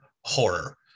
horror